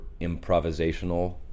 improvisational